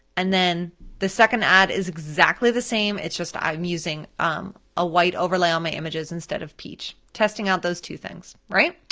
and then the second ad is exactly the same, it's just i'm using um a white overlay on my images instead of peach, testing out those two things, right?